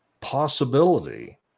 possibility